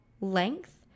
length